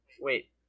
Wait